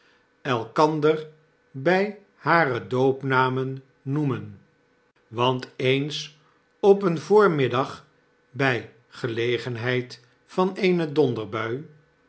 elkander bg haredoopnamennoemen want eens op een voormiddag bfl gelegenheid van eene donderbui